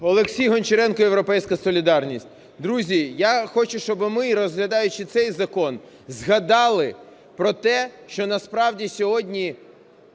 Олексій Гончаренко, "Європейська солідарність". Друзі, я хочу, щоб ми, розглядаючи цей закон, згадали про те, що насправді сьогодні